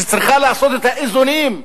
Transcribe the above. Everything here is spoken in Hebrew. שצריכה לעשות את האיזונים,